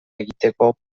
egiteko